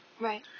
Right